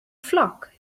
flock